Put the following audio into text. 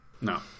No